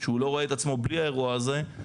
שהוא לא רואה את עצמו בלי האירוע הזה,